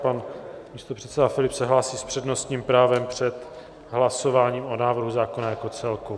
Pan místopředseda Filip se hlásí s přednostním právem před hlasováním o návrhu zákona jako celku.